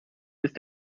ist